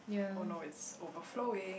oh no it's overflowing